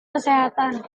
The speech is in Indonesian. kesehatan